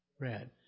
Red